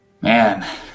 Man